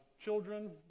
children